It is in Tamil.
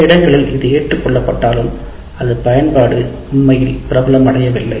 சில இடங்களில் இது ஏற்றுக்கொள்ளப்பட்டாலும் அதன் பயன்பாடு உண்மையில் பிரபலமடையவில்லை